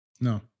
No